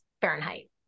Fahrenheit